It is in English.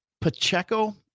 Pacheco